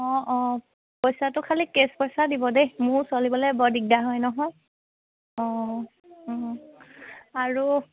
অঁ অঁ পইচাটো খালী কেছ পইচা দিব দেই মোৰ চলিবলৈ বৰ দিগদাৰ হয় নহয় অঁ অঁ আৰু